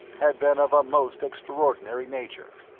had been of a most extraordinary nature.